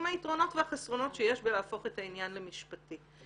עם היתרונות והחסרונות שיש בלהפוך את העניין למשפטי.